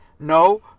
No